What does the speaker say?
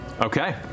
Okay